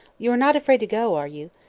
you are not afraid to go, are you?